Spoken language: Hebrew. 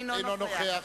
אינו נוכח